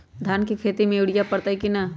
धान के खेती में यूरिया परतइ कि न?